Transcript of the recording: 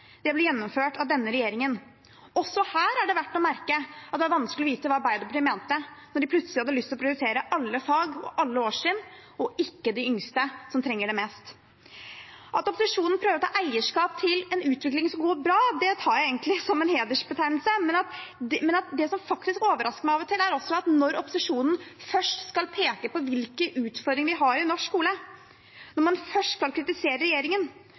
årstrinnene, ble gjennomført av denne regjeringen. Også her er det verdt å merke seg at det var vanskelig å vite hva Arbeiderpartiet mente når de plutselig hadde lyst til å prioritere alle fag og alle årstrinn, og ikke de yngste, som trenger det mest. At opposisjonen prøver å ta eierskap til en utvikling som går bra, tar jeg egentlig som en hedersbetegnelse, men det som overrasker meg av og til, er at når opposisjonen først skal peke på hvilke utfordringer vi har i norsk skole, når man først skal kritisere regjeringen,